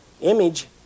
image